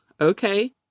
Okay